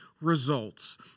results